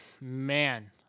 man